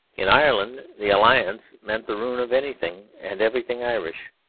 in ireland the alliance meant the ruin of anything and everything irish,